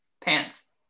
Pants